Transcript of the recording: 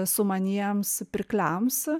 sumaniems pirkliams